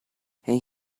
and